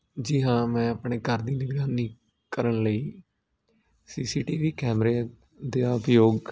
ਜੀ ਹਾਂ ਮੈਂ ਆਪਣੇ ਘਰ ਦੀ ਨਿਗਰਾਨੀ ਕਰਨ ਲਈ ਸੀ ਸੀ ਟੀ ਵੀ ਕੈਮਰੇ ਦਾ ਉਪਯੋਗ